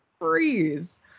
freeze